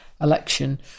election